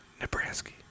Nebraska